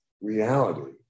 reality